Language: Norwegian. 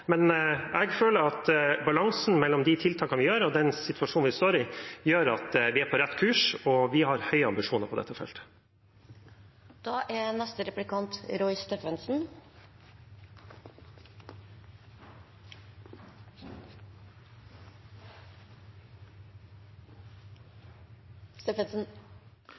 men jeg føler at balansen mellom de tiltakene vi setter inn, og den situasjonen vi står i, gjør at vi er på rett kurs – og vi har høye ambisjoner på dette feltet. Det er